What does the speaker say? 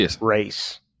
race